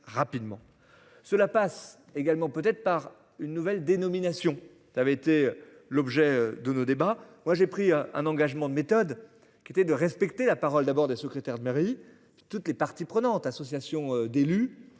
Cela passe également peut-être par une nouvelle dénomination avait été l'objet de nos débats. Moi j'ai pris un engagement de méthode qui était de respecter la parole d'abord des secrétaires de mairie. Toutes les parties prenantes, associations d'élus,